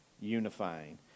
unifying